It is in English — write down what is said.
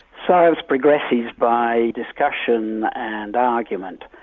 science progresses by discussion and argument,